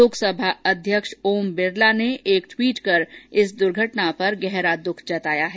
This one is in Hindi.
लोकसभा अध्यक्ष ओम बिरला ने एक ट्वीट कर इस दुर्घटना पर गहरा दुख जताया है